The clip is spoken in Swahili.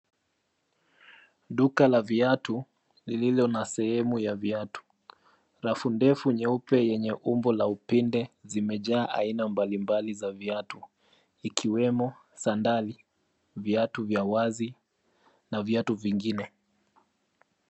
Duka la viatu lililo na sehemu ya viatu. Rafu ndefu nyeupe yenye umbo la upinde zimejaa aina mbalimbali za viatu ikiwemo sandali, viatu vya wazi na viatu vingine.